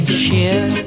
share